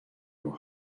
your